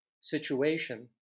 situation